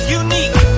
unique